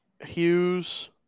Hughes